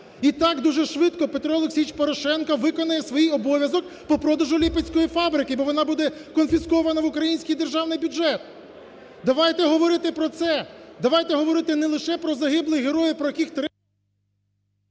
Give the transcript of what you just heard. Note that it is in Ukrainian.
так дуже швидко Петро Олексійович виконає свій обов'язок по продажу Липецької фабрики, бо вона конфіскована в Український державний бюджет. Давайте говорити про це, давайте говорити не лише про загиблих героїв, про яких… ГОЛОВУЮЧИЙ.